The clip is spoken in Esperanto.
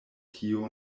tio